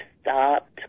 stopped